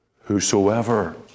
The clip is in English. Whosoever